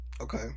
Okay